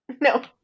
no